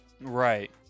Right